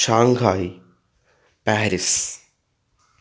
Shanghai Paris